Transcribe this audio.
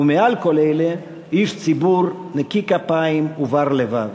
ומעל כל אלה, איש ציבור נקי כפיים ובר לבב.